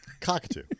Cockatoo